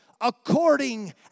According